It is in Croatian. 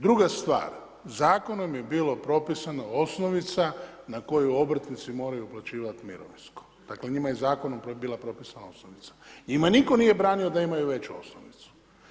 Druga stvar, Zakonom je bilo propisano osnovica na koju obrtnici moraju uplaćivati mirovinskom, dakle njima je Zakonom bila propisana osnovica, njima nitko nije branio da imaju veću osnovicu.